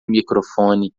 microfone